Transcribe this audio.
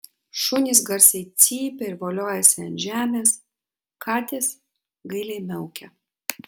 šunys garsiai cypia ir voliojasi ant žemės katės gailiai miaukia